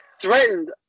threatened